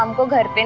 um will get